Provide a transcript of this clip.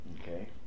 Okay